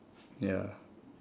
ya